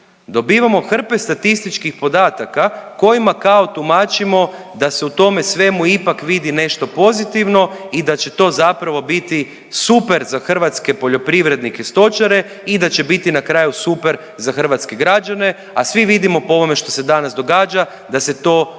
dobivamo hrpe statističkih podataka kojima kao tumačimo da se u tome svemu ipak vidi nešto pozitivno i da će to zapravo biti super za hrvatske poljoprivrednike, stočare i da će biti na kraju super za hrvatske građane, a svi vidimo po ovome što se danas događa da se to